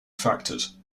factors